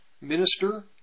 minister